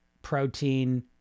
protein